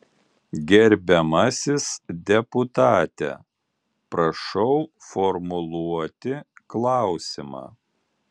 gerbiamasis deputate prašau formuluoti klausimą